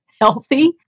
healthy